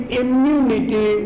immunity